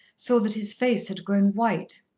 saw that his face had grown white.